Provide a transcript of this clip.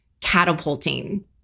catapulting